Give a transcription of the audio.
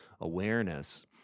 awareness